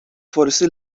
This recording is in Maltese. forsi